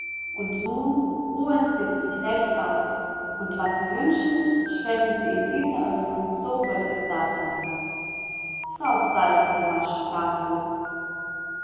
katharina nun ruhen sie sich recht aus und was sie wünschen sprechen sie in diese öffnung so wird es da sein frau saltner war sprachlos